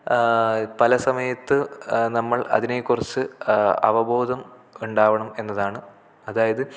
പല സമയത്ത് നമ്മൾ അതിനെക്കുറിച്ച് അവബോധം ഉണ്ടാകണം എന്നതാണ് അതായത്